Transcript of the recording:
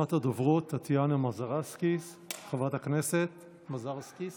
ראשונת הדוברות, חברת הכנסת טטיאנה מזרסקי.